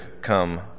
come